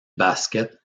basket